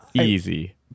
easy